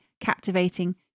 captivating